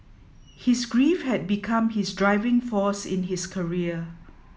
his grief had become his driving force in his career